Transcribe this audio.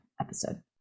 episode